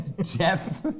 Jeff